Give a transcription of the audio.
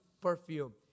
perfume